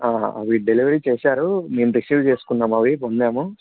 అవి డెలివరీ చేశారు మేము రిసీవ్ చేసుకున్నాము అవి పొందాము